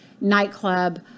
nightclub